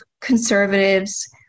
conservatives